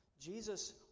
Jesus